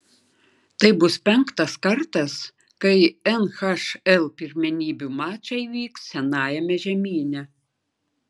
tai bus penktas kartas kai nhl pirmenybių mačai vyks senajame žemyne